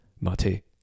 Mate